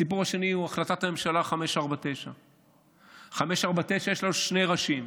הסיפור השני הוא החלטת הממשלה 549. ל-549 יש שני ראשים.